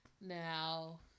Now